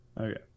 okay